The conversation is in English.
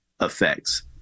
effects